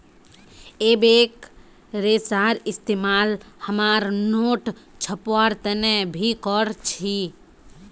एबेक रेशार इस्तेमाल हमरा नोट छपवार तने भी कर छी